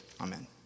Amen